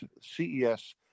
CES